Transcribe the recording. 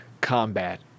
combat